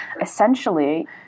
Essentially